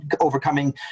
overcoming